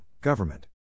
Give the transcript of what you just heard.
government